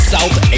South